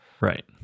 Right